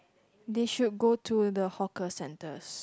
they should go to the hawker centres